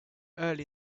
early